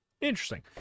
Interesting